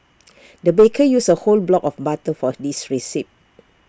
the baker used A whole block of butter for this recipe